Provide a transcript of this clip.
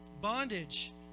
bondage